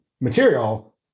material